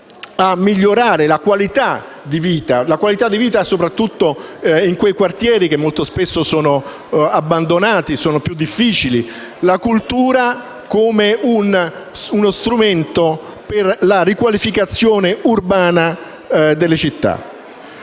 dunque, come uno strumento per la riqualificazione urbana delle città.